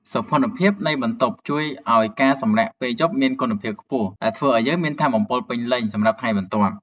សោភ័ណភាពនៃបន្ទប់ជួយឱ្យការសម្រាកនៅពេលយប់មានគុណភាពខ្ពស់ ដែលធ្វើឱ្យយើងមានថាមពលពេញលេញសម្រាប់ថ្ងៃបន្ទាប់។